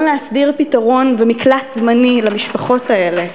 להסדיר פתרון ומקלט זמני למשפחות האלה,